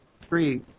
three